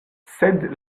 sed